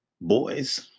boys